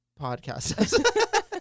podcasts